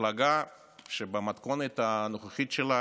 מפלגה שבמתכונת הנוכחית שלה